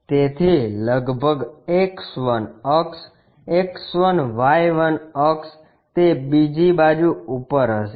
તેથી લગભગ X 1 અક્ષ X1Y1 અક્ષ તે બીજી બાજુ ઉપર હશે